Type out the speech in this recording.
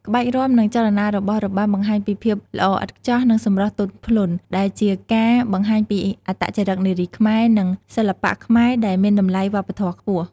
ក្បាច់រាំនិងចលនារបស់របាំបង្ហាញពីភាពល្អឥតខ្ចោះ និងសម្រស់ទន់ភ្លន់ ដែលជាការបង្ហាញពីអត្តចរិតនារីខ្មែរ និងសិល្បៈខ្មែរដែលមានតម្លៃវប្បធម៌ខ្ពស់។